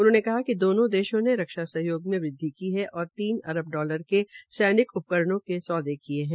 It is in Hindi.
उन्होंने कहा कि दोनों देशों ने रक्षा सहयोग में वृदवि की है और तीन अरब डॉलर के सैनिक उपकरणों के सौदे किये गये है